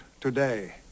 today